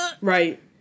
Right